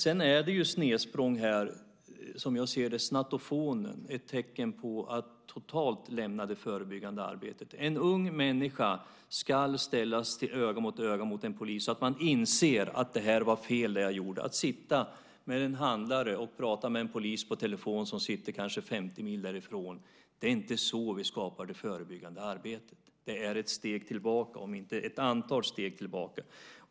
Sedan är det ett snedsprång här, som jag ser det. Snattofonen är ett tecken på att man totalt lämnar det förebyggande arbetet. En ung människa ska ställas öga mot öga med en polis, så att man inser att det man gjorde var fel. Att sitta med en handlare och på telefon prata med en polis som kanske sitter 50 mil därifrån . Det är inte så vi skapar det förebyggande arbetet. Det är ett steg tillbaka, om inte ett antal steg tillbaka.